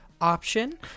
option